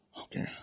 Okay